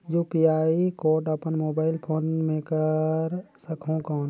UPI code अपन mobile phone मे कर सकहुं कौन?